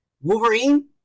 Wolverine